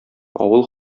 авыл